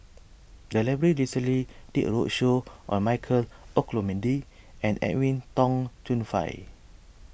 the library recently did a roadshow on Michael Olcomendy and Edwin Tong Chun Fai